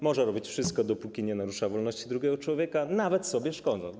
Może robić wszystko, dopóki nie narusza wolności drugiego człowieka, nawet szkodząc sobie.